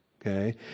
okay